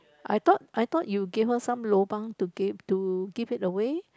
I thought I thought you gave her some lobang to gave to give it away